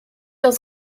aus